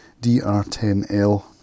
DR10L